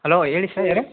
hello ಹೇಳಿ sir ಯಾರು